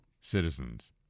citizens